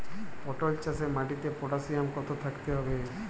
পটল চাষে মাটিতে পটাশিয়াম কত থাকতে হবে?